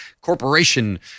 Corporation